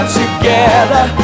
together